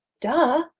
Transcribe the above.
duh